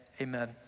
amen